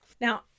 Now